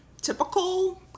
typical